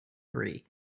three